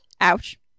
Ouch